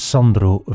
Sandro